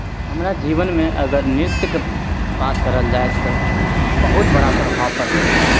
हमरा जीवनमे अगर नृत्यके बात करल जाय तऽ बहुत बड़ा प्रभाव पड़लै